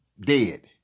dead